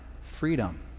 freedom